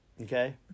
Okay